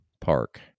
park